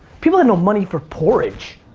people had no money for porridge.